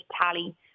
Tally